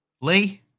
lee